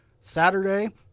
Saturday